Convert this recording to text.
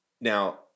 Now